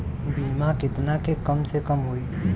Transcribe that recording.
बीमा केतना के कम से कम होई?